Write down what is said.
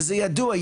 וזה ידוע,